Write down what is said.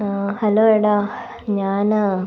hello എടാ ഞാനാ